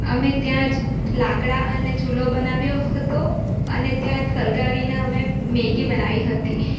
અમે ત્યાં જ લાકડા અને ચૂલો બનાવ્યો હતો અને ત્યાં જ સળગાવીને અમે મેગી બનાવી હતી